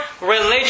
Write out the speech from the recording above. religion